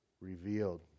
revealed